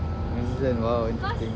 new zealand !wow! good thing